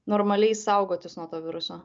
normaliai saugotis nuo to viruso